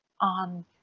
on